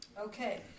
Okay